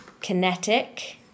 Kinetic